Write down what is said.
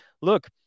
look